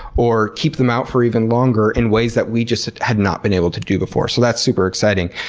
or keep them out for even longer in ways that we just had not been able to do before, so that's super exciting.